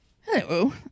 Hello